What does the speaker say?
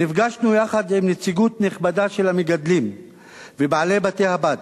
נפגשנו עם נציגות נכבדה של המגדלים ובעלי בתי-הבד